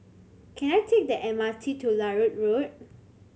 can I take the M R T to Larut Road